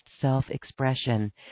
self-expression